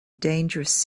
dangerous